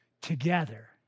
together